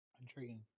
Intriguing